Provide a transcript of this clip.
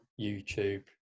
YouTube